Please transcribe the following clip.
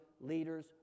leaders